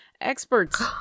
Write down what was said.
experts